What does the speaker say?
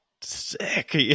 sick